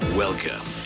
Welcome